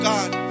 God